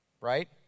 Right